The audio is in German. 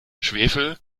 schwefel